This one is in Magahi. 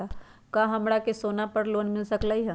का हमरा के सोना पर लोन मिल सकलई ह?